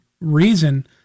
reason